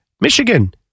Michigan